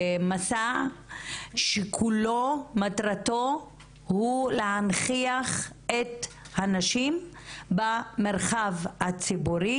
במצע שכולו מטרתו היא להנכיח את הנשים במרחב הציבורי.